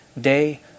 day